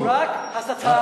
רק הסתה ממך.